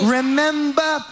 Remember